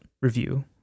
review